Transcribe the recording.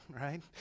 right